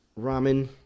ramen